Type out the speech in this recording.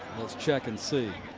let's check and see.